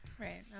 Right